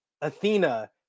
Athena